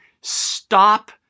stop